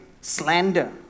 slander